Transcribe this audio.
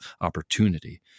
opportunity